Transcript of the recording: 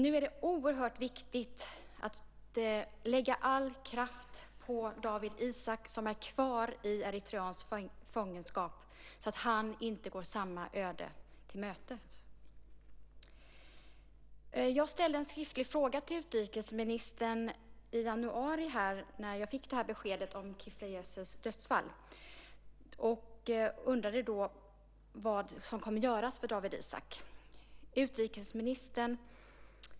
Nu är det oerhört viktigt att lägga all kraft på Dawit Isaak, som är kvar i eritreansk fångenskap, så att han inte går samma öde till mötes. Jag ställde en skriftlig fråga till utrikesministern i januari när jag fick det här beskedet om Kifleyesus dödsfall, och undrade då vad som kommer att göras för Dawit Isaak.